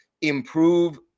improve